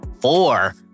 four